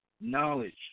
knowledge